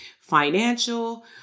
financial